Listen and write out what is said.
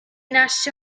nasce